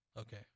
Okay